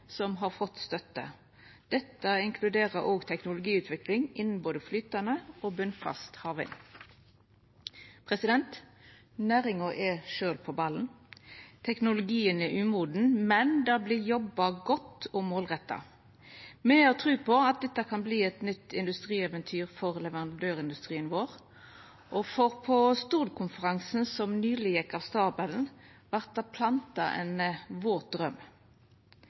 som har fått støtte. Dette inkluderer òg teknologiutviklinga innafor både flytande og botnfast havvind. Næringa sjølv er på ballen. Teknologien er umoden, men det vert jobba godt og målretta. Me har tru på at dette kan verta eit nytt industrieventyr for leverandørindustrien vår, for på Stordkonferansen som nyleg gjekk av stabelen, vart det planta ein våt